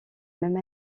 même